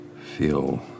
feel